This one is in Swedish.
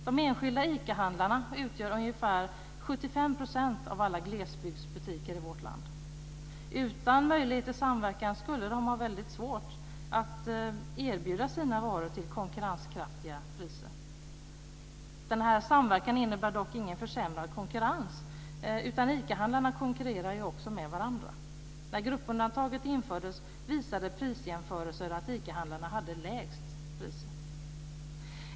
De enskilda ICA-handlarna utgör ungefär 75 % av alla glesbygdsbutiker i vårt land. Utan möjlighet till samverkan skulle de ha väldigt svårt att erbjuda sin varor till konkurrenskraftiga priser. Den här samverkan innebär dock ingen försämrad konkurrens, utan ICA-handlarna konkurrerar ju också med varandra. När gruppundantaget infördes visade prisjämförelser att ICA-handlarna hade lägst priser.